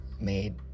made